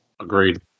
agreed